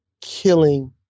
killing